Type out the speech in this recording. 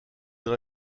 dans